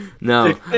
No